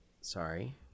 Sorry